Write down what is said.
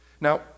Now